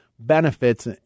Benefits